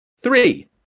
Three